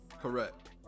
Correct